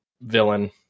villain